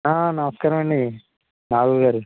నమస్కారం అండి నాగు గారు